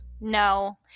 No